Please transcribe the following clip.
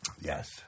Yes